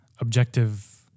objective